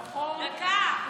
דקה.